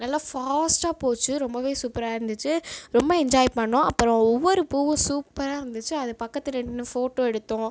நல்ல ஃபாஸ்ட்டாக போச்சு ரொம்பவே சூப்பராக இருந்துச்சு ரொம்ப என்ஜாய் பண்ணோம் அப்புறம் ஒவ்வொரு பூவும் சூப்பராக இருந்துச்சு அது பக்கத்தில் நின்று ஃபோட்டோ எடுத்தோம்